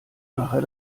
nachher